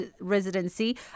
residency